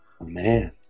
Man